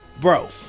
Bro